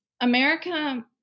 America